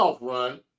run